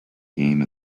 game